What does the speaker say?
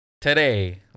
today